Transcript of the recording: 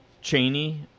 Cheney